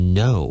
no